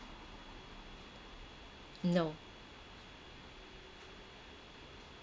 no